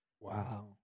Wow